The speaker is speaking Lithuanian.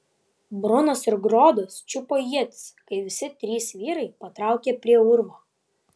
brunas ir grodas čiupo ietis kai visi trys vyrai patraukė prie urvo